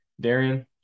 Darian